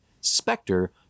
Spectre